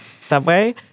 Subway